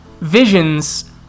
Visions